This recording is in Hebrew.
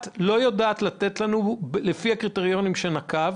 את לא יודעת לתת לנו דוגמה לפי הקריטריונים שנקבת?